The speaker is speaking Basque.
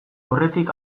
aurretik